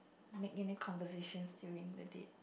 make any conversations during the date